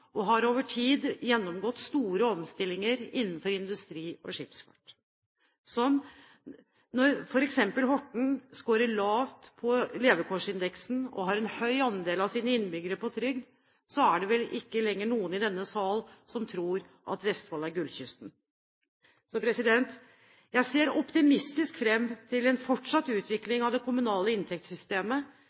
og har over tid gjennomgått store omstillinger innenfor industri og skipsfart. Så når man ser at f.eks. Horten skårer lavt på levekårsindeksen og har en høy andel av sine innbyggere på trygd, er det vel ikke lenger noen i denne sal som tror at Vestfold er «gullkysten». Jeg ser optimistisk fram til en fortsatt utvikling av det kommunale inntektssystemet,